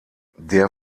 der